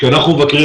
אותה אנחנו מבקרים,